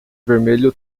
vermelho